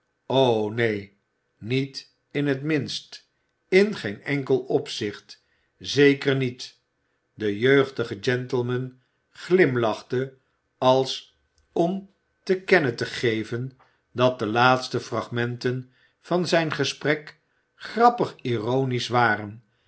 neen niet in het minst in geen enkel opzicht zeker niet de jeugdige gentleman glimlachte als om te kennen te geven dat de laatste fragmenten van zijn gesprek grappig ironisch waren